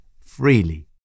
freely